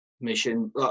mission